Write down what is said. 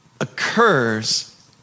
occurs